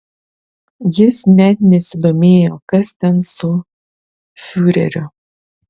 jis net nesidomėjo kas ten su fiureriu